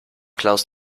klaus